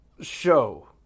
show